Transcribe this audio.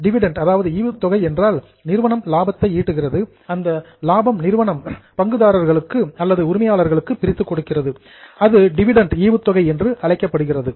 ஈவுத்தொகை என்றால் நிறுவனம் லாபத்தை ஈட்டுகிறது அந்த லாபத்தை நிறுவனம் ஷேர்ஹோல்டர்ஸ் பங்குதாரர்களுக்கு அல்லது உரிமையாளர்களுக்கு பிரித்துக் கொடுக்கிறது அது டிவிடெண்ட் ஈவுத்தொகை என்று அழைக்கப்படுகிறது